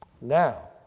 Now